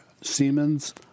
Siemens